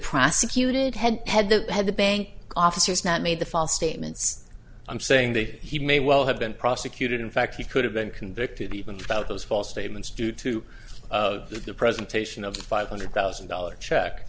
prosecuted had had the had the bank officers not made the false statements i'm saying that he may well have been prosecuted in fact he could have been convicted even without those false statements due to the presentation of the five hundred thousand dollars check